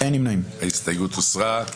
הצבעה ההסתייגות לא התקבלה.